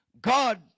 God